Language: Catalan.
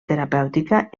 terapèutica